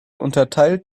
unterteilt